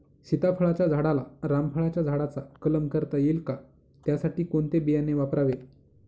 सीताफळाच्या झाडाला रामफळाच्या झाडाचा कलम करता येईल का, त्यासाठी कोणते बियाणे वापरावे?